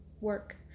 work